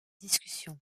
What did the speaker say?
discussions